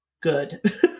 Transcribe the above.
good